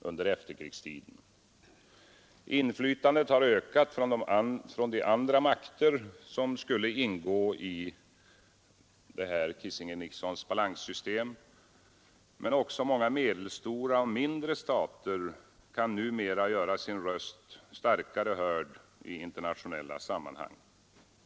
under efterkrigstiden. Inflytandet har ökat från de andra makter som skulle ingå i Kissinger—-Nixons balanssystem, men också många medelstora och mindre stater kan numera göra sin röst starkare hörd i internationella sammanhang.